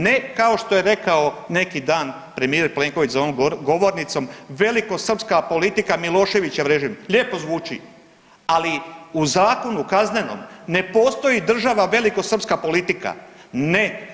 Ne kao što je rekao neki dan premijer Plenković za ovom govornicom, velikosrpska politika Miloševićev režim, lijepo zvuči, ali u zakonu kaznenom ne postoji država velikosrpska politika, ne.